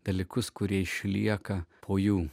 dalykus kurie išlieka po jų